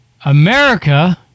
America